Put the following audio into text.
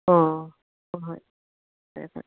ꯑꯣ ꯍꯣꯏ ꯍꯣꯏ ꯐꯔꯦ ꯐꯔꯦ